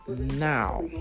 now